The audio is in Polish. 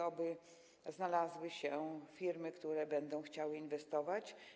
Oby znalazły się firmy, które będą chciały inwestować.